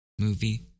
movie